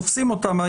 תופסים אותם,